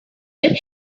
that